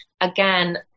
again